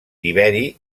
tiberi